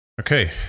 Okay